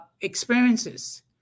experiences